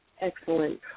Excellent